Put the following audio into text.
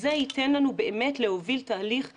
וזה ייתן לנו להוביל תהליך ראוי,